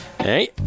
hey